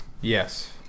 Yes